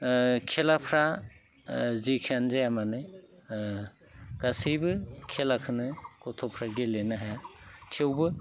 खेलाफ्रा जिखियानो जाया मानो गासैबो खेलाखोनो गथ'फ्रा गेलेनो हाया थेवबो